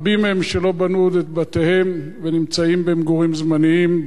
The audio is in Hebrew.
רבים מהם לא בנו עוד את בתיהם ונמצאים במגורים זמניים,